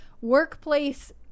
workplace